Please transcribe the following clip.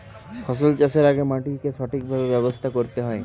ফসল চাষের আগে মাটির সঠিকভাবে ব্যবস্থা করতে হয়